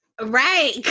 right